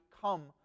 come